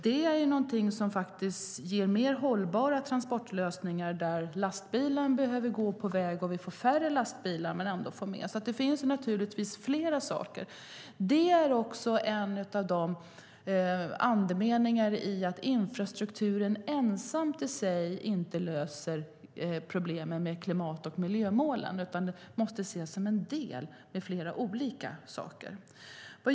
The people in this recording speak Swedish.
Det är någonting som ger mer hållbara transportlösningar när lastbilen behöver gå på väg, men det är färre lastbilar. Det finns fler saker. Andemeningen är att infrastrukturen ensam i sig inte löser problemen med klimat och miljömålen. Det måste ses som en del av flera olika saker.